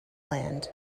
land